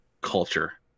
culture